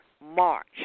March